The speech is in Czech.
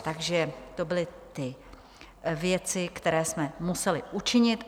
Takže to byly ty věci, které jsme museli učinit.